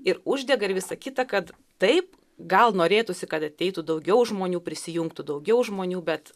ir uždega ir visa kita kad taip gal norėtųsi kad ateitų daugiau žmonių prisijungtų daugiau žmonių bet